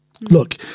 Look